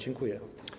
Dziękuję.